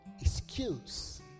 excuse